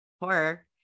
horror